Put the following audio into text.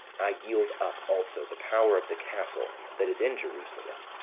i yield up also the power of the castle that is in jerusalem,